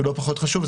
שהוא לא פחות חשוב,